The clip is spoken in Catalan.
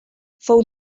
fou